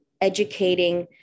educating